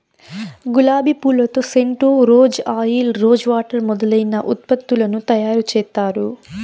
గులాబి పూలతో scent, rose oil, rose water మొదలైన ఉత్పత్తులను తయారు చేత్తారు